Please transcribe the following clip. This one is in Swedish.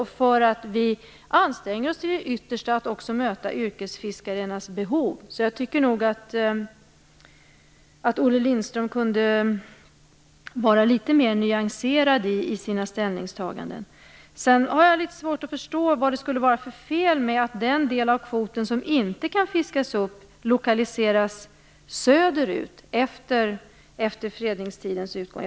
Vi anstränger oss alltså till det yttersta för att också möta yrkesfiskarnas behov, så jag tycker nog att Olle Lindström kunde vara litet mer nyanserad i sina ställningstaganden. Jag har litet svårt att förstå vad det skulle vara för fel med att den del av kvoten som inte kan fiskas upp lokaliseras söderut efter fredningstidens utgång.